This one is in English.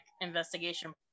investigation